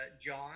John